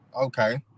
Okay